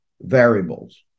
variables